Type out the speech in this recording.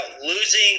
losing